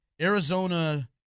Arizona